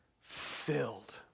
filled